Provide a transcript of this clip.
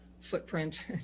footprint